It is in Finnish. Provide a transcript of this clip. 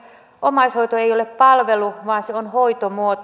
omaishoito ei ole palvelu vaan se on hoitomuoto